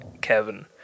Kevin